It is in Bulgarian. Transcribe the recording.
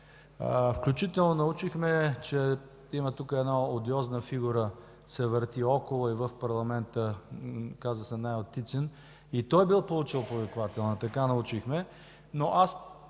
Включително научихме, че една одиозна фигура се върти около и в парламента – казва се Найо Тицин, и той бил получил повиквателна. Тази тема